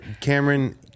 Cameron